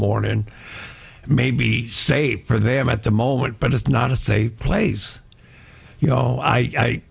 morning and maybe save for them at the moment but it's not a safe place you know i